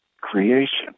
creation